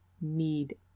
need